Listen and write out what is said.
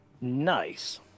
Nice